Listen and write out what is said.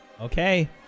Okay